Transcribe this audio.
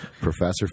Professor